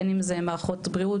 בין אם זה מערכות בריאות,